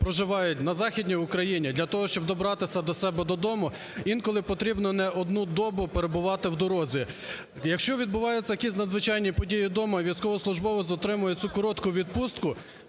проживають на Західній Україні, для того, щоб добратися до себе додому, інколи потрібно не одну добу перебувати в дорозі. Якщо відбуваються якісь надзвичайні події дома і військовослужбовець отримує цю коротку відпустку,